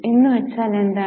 എന്ന് വച്ചാൽ എന്താണ്